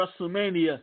WrestleMania